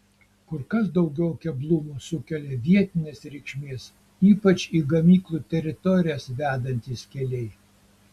kur kas daugiau keblumų sukelia vietinės reikšmės ypač į gamyklų teritorijas vedantys keliai